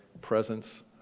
presence